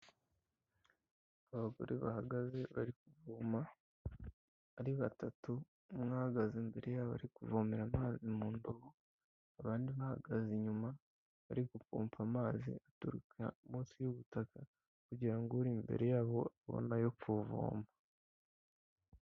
Abagore bahagaze bari kuvoma, ari batatu, umwe ahagaze imbere yabo ari kuvomera amazi mu ndobo, abandi bahagaze inyuma bari gupompa amazi aturuka munsi y'ubutaka, kugira ngo uri imbere yabo abone ayo kuvoma.